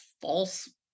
false